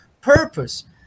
Purpose